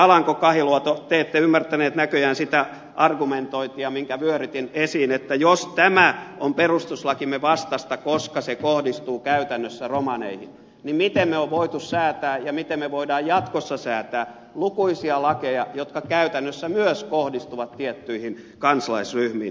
alanko kahiluoto te ette ymmärtänyt näköjään sitä argumentointia minkä vyörytin esiin että jos tämä on perustuslakimme vastaista koska se kohdistuu käytännössä romaneihin niin miten me olemme voineet säätää ja miten me voimme jatkossa säätää lukuisia lakeja jotka myös käytännössä kohdistuvat tiettyihin kansalaisryhmiin